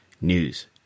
news